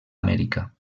amèrica